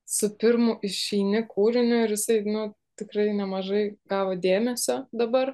su pirmu išeini kūriniu ir jisai nu tikrai nemažai gavo dėmesio dabar